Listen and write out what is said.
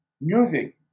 music